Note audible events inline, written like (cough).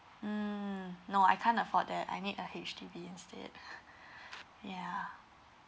mm no I can't afford that I need a H_D_B instead (laughs) ya